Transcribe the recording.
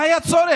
מה היה צורך